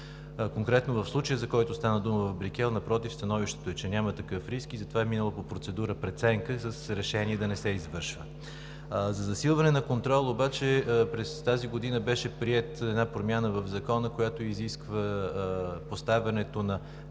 Конкретно в случая, за който стана дума в „Брикел“, напротив, становището е, че няма такъв риск и затова е минал по процедура по преценка, с решение да не се извършва. За засилване на контрола обаче през тази година беше приета една промяна в Закона, която изисква поставянето на